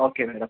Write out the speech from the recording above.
okay madam